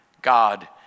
God